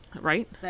Right